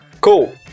Cool